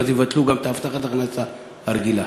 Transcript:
ואז יבטלו גם את הבטחת ההכנסה הרגילה.